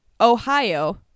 Ohio